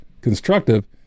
constructive